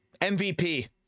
MVP